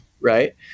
right